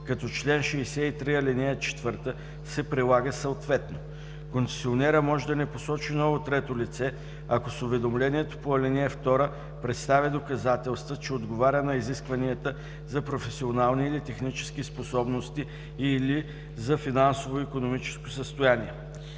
като чл. 63, ал. 4 се прилага съответно. Концесионерът може да не посочи ново трето лице, ако с уведомлението по ал. 2 представи доказателства, че отговаря на изискванията за професионални или технически способности и/или за финансово и икономическо състояние“.